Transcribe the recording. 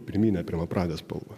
pirminę pirmapradę spalvą